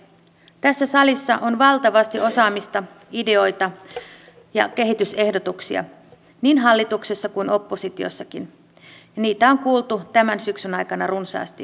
tässä salissa on valtavasti osaamista ideoita ja kehitysehdotuksia niin hallituksessa kuin oppositiossakin ja niitä on kuultu tämän syksyn aikana runsaasti